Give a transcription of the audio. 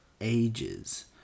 ages